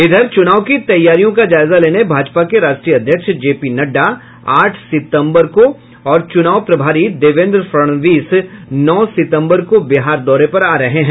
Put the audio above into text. उधर चुनाव की तैयारियों का जायजा लेने भाजपा के राष्ट्रीय अध्यक्ष जे पी नड्डा आठ सितंबर को और चुनाव प्रभारी देवेंद्र फडनवीस नौ सितंबर को बिहार दौरे पर आ रहे हैं